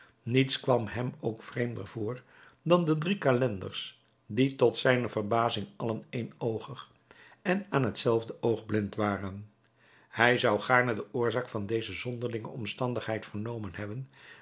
niets kwam hem ook vreemder voor dan de drie calenders die tot zijne verbazing allen éénoogig en aan het zelfde oog blind waren hij zou gaarne de oorzaak van deze zonderlinge omstandigheid vernomen hebben